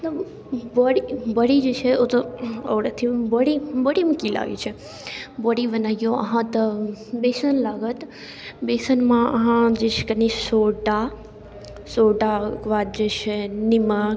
एकदम बड़ी बड़ी जे छै ओ तऽ आओर अथी बड़ी बड़ीमे कि लागै छै बड़ी बनैऔ अहाँ तऽ बेसन लागत बेसनमे अहाँ जे छै कनि सोडा सोडाके बाद जे छै निम्मक